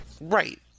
right